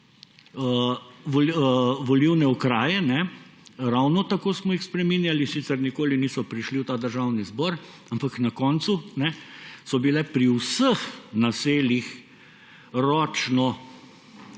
volilne okraje. Ravno tako smo jih spreminjali, sicer nikoli niso prišli v ta državni zbor, ampak na koncu so bile pri vseh naseljih ročno